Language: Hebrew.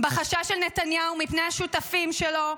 בחשש של נתניהו מפני השותפים שלו,